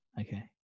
Okay